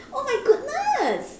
oh my goodness